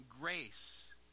grace